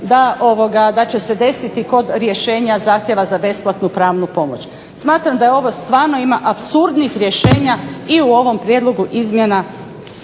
da će se desiti kod rješenja zahtjeva za besplatnu pravnu pomoć. Smatram da je ovo, stvarno ima apsurdnih rješenja i u ovom prijedlogu izmjena